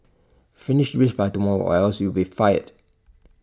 finish this by tomorrow or else you'll be fired